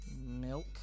milk